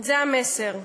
זה המסר.